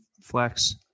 flex